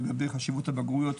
לגבי חשיבות הבגרויות,